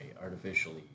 artificially